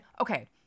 okay